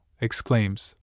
exclaims